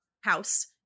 house